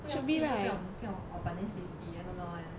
不用 seat 就不用就不用 orh but then safety I don't know eh